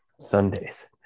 Sundays